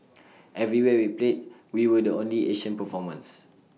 everywhere we played we were the only Asian performers